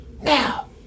Now